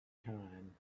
time